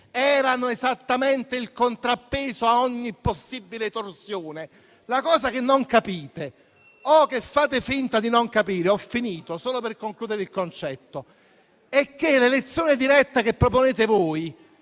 erano esattamente il contrappeso a ogni possibile torsione? La cosa che non capite o che fate finta di non capire - ho finito, Presidente, concludo il concetto - è che l'elezione diretta che proponete voi